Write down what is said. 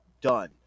done